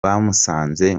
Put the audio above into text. bamusanze